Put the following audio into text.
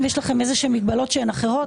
אם אין לכם איזשהן מגבלות אחרות,